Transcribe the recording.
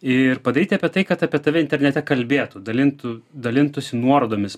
ir padaryti apie tai kad apie tave internete kalbėtų dalintų dalintųsi nuorodomis